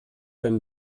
bin